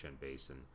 Basin